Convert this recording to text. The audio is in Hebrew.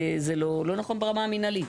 זה לא נכון ברמה המנהלית.